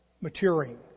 maturing